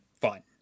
fun